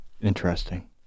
Interesting